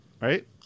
right